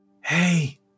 hey